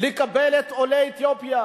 לקבל את עולי אתיופיה,